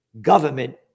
Government